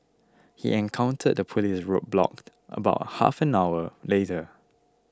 he encountered a police roadblock about half an hour later